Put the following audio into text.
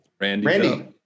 Randy